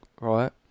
right